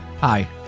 Hi